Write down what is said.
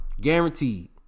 Guaranteed